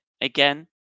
again